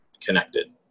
connected